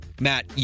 Matt